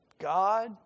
God